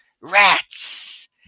rats